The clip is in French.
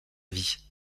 vie